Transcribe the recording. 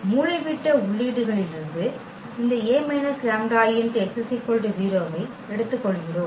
மூலைவிட்ட உள்ளீடுகளிலிருந்து இந்த A − λIx 0 ஐ எடுத்துக்கொள்கிறோம்